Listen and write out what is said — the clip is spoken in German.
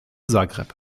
zagreb